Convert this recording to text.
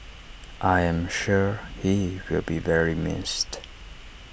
I am sure he will be very missed